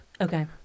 Okay